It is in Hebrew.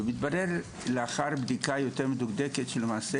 והתברר לאחר בדיקה מדוקדקת יותר שלמעשה,